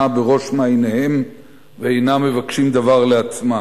בראש מעייניהם ואינם מבקשים דבר לעצמם,